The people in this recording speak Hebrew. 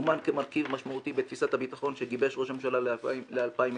סומן כמרכיב משמעותי בתפיסת הביטחון שגיבש ראש הממשלה ל-2030,